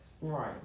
Right